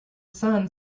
sun